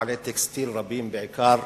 מפעלי טקסטיל רבים בעיקר,